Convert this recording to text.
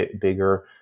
bigger